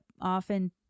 often